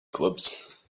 clubs